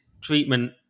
treatment